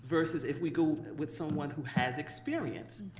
versus if we go with someone who has experience,